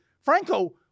Franco